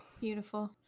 Beautiful